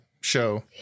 show